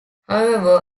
however